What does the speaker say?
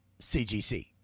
CGC